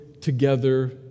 together